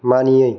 मानियै